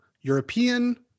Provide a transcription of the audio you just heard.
European